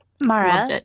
Mara